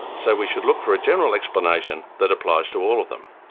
so we should look for a general explanation that applies to all of them.